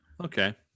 Okay